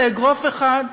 לאגרוף אחד,